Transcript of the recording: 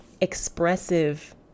expressive